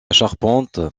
charpente